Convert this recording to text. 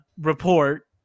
report